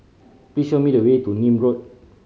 please show me the way to Nim Road